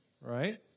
right